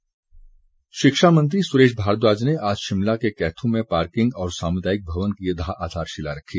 सुरेश भारद्वाज शिक्षा मंत्री सुरेश भारद्वाज ने आज शिमला के कैथ् में पार्किंग और सामुदायिक भवन की आधारशिला रखी